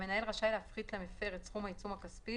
המנהל רשאי להפחית למפר את סכום העיצום הכספי,